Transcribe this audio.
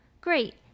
Great